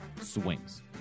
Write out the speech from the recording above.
SWINGS